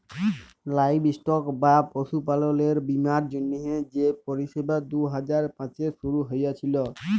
livestock বা পশুপাললের বীমার জ্যনহে যে পরিষেবা দু হাজার পাঁচে শুরু হঁইয়েছিল